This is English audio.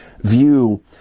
view